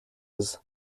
his